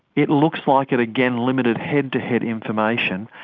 it looks like it. again, limited head-to-head information,